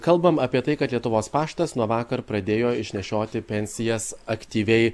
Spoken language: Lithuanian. kalbam apie tai kad lietuvos paštas nuo vakar pradėjo išnešioti pensijas aktyviai